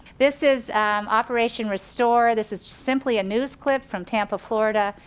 this is operation restore, this is simply a news clip from tampa, florida.